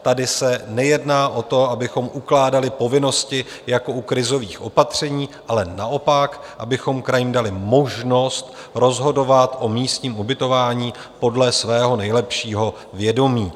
Tady se nejedná o to, abychom ukládali povinnosti jako u krizových opatření, ale naopak, abychom krajům dali možnost rozhodovat o místním ubytování podle svého nejlepšího vědomí.